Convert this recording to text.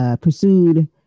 Pursued